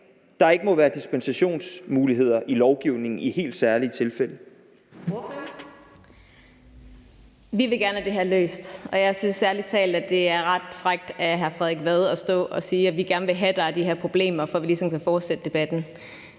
der ikke må være dispensationsmuligheder i lovgivningen i helt særlige tilfælde?